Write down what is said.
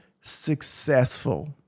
successful